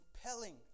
compelling